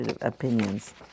opinions